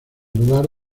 lugar